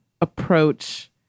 approach